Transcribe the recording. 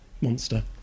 monster